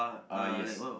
uh yes